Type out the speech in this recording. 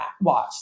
watch